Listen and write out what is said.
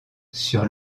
sur